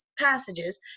passages